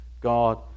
God